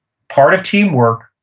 part of teamwork,